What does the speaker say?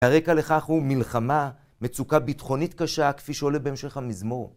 הרקע לכך הוא מלחמה, מצוקה ביטחונית קשה כפי שעולה בהמשך המזמור